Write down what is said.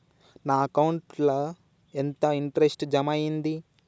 నా అకౌంట్ ల ఎంత ఇంట్రెస్ట్ జమ అయ్యింది?